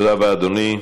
תודה רבה, אדוני.